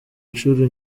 incuro